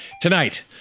tonight